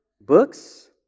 books